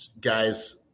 guys